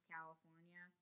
California